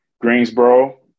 Greensboro